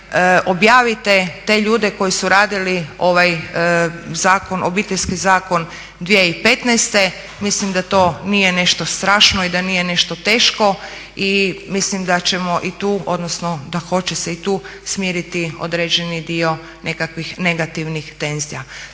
Objavite te ljude koji su radili ovaj zakon, Obiteljski zakon 2015. mislim da to nije nešto strašno i da nije nešto teško i mislim da ćemo i tu, odnosno da hoće se i tu smiriti određeni dio nekakvim negativnih tenzija.